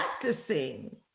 practicing